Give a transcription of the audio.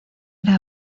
era